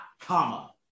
comma